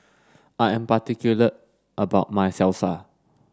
I am particular about my Salsa